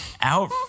out